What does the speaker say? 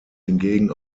hingegen